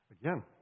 again